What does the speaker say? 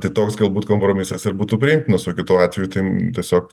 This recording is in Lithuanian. tai toks galbūt kompromisas ir būtų priimtinas o kitu atveju tai tiesiog